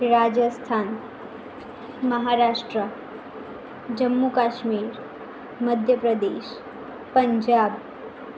Rajasthan Maharashtra Jammu Kashmir Madhya Pradesh Punjab